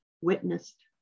witnessed